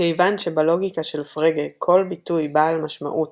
מכיוון שבלוגיקה של פרגה כל ביטוי בעל משמעות